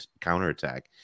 counterattack